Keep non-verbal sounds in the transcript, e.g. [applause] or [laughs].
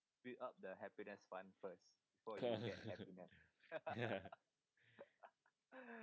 [laughs] [laughs]